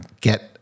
get